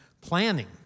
planning